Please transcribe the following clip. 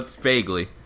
vaguely